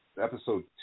episode